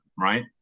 right